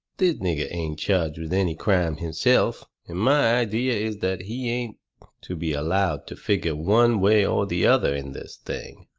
this nigger ain't charged with any crime himself, and my idea is that he ain't to be allowed to figure one way or the other in this thing.